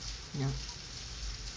ya